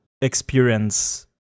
experience